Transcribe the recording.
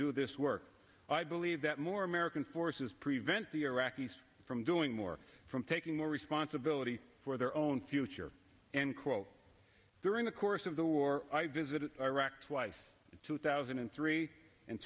do this work i believe that more american forces prevent the iraqis from doing more from taking more responsibility for their own future and quote during the course of the war i visited iraq twice in two thousand and three and